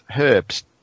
herbs